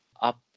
up